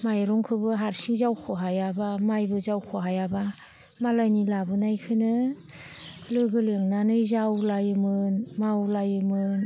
माइरंखौबो हारसिं जावख' हायाब्ला माइबो जावख' हायाब्ला मालायनि लाबोनायखोनो लोगो लिंनानै जावलायोमोन मावलायोमोन